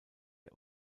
der